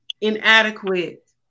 inadequate